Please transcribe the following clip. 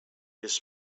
his